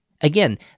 Again